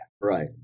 Right